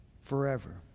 forever